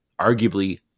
arguably